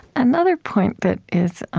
another point that is